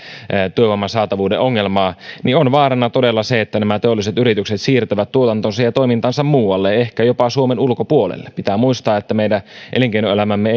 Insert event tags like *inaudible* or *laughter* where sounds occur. työvoiman saatavuuden ongelmaa niin on vaarana todella se että teolliset yritykset siirtävät tuotantonsa ja ja toimintansa muualle ehkä jopa suomen ulkopuolelle pitää muistaa että meidän elinkeinoelämämme *unintelligible*